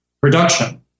production